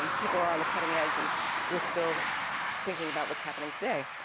um people are on the cutting edge and we're still thinking about what's happening today.